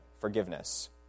forgiveness